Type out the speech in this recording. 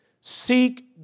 Seek